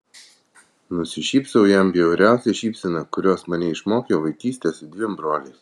nusišypsau jam bjauriausia šypsena kurios mane išmokė vaikystė su dviem broliais